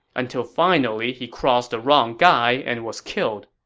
until finally he crossed the wrong guy and was killed.